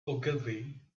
ogilvy